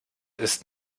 ist